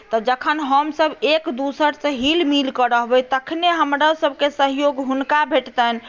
तऽ जखन हमसभ एक दोसरसँ हिलिमिलि कऽ रहबै तखने हमरोसभके सहयोग हुनका भेटतनि